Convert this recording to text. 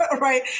right